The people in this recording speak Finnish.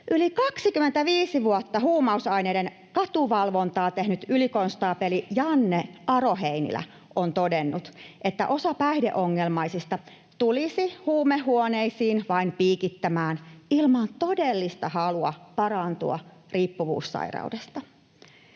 Yli 25 vuotta huumausaineiden katuvalvontaa tehnyt ylikonstaapeli Janne Aro-Heinilä on todennut, että osa päihdeongelmaisista tulisi huumehuoneisiin vain piikittämään, ilman todellista halua parantua riippuvuussairaudesta.